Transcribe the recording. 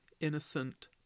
innocent